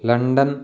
London